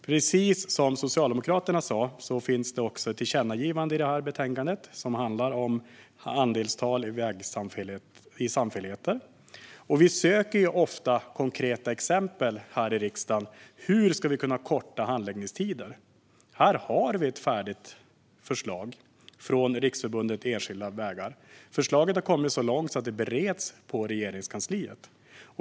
Precis som Socialdemokraterna sa finns det ett tillkännagivande i betänkandet som handlar om andelstal i samfälligheter. Vi söker ju ofta konkreta exempel här i riksdagen på hur vi ska kunna korta handläggningstider. Här har vi ett färdigt förslag från Riksförbundet Enskilda Vägar. Förslaget har kommit så långt att det bereds på Regeringskansliet.